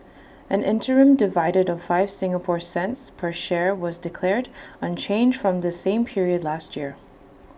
an interim dividend of five Singapore cents per share was declared unchanged from the same period last year